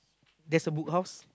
there is a Book House